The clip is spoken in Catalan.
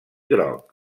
groc